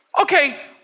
Okay